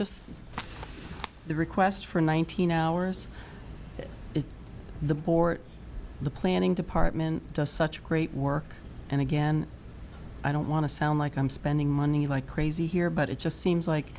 just the request for a one thousand hours in the board the planning department does such great work and again i don't want to sound like i'm spending money like crazy here but it just seems like